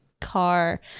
car